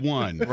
one